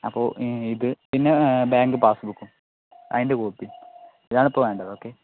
അപ്പോൾ ഈ ഇത് പിന്നെ ബാങ്ക് പാസ്സ്ബുക്കും അതിൻ്റെ കോപ്പി ഇതാണിപ്പോൾ വേണ്ടത് ഓക്കേ